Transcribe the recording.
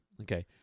Okay